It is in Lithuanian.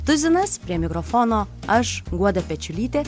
tuzinas prie mikrofono aš guoda pečiulytė